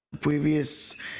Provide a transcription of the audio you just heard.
previous